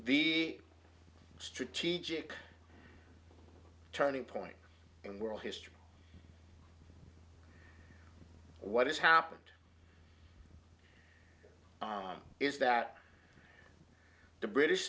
the strategic turning point in world history what has happened is that the british